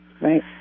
Right